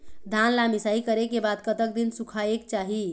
धान ला मिसाई करे के बाद कतक दिन सुखायेक चाही?